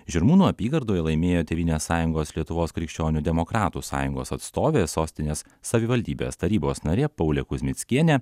žirmūnų apygardoje laimėjo tėvynės sąjungos lietuvos krikščionių demokratų sąjungos atstovė sostinės savivaldybės tarybos narė paulė kuzmickienė